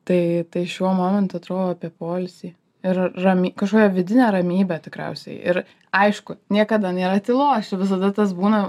tai tai šiuo momentu atrodo apie poilsį ir ramy kažkokia vidinė ramybė tikriausiai ir aišku niekada nėra tylos čia visada tas būna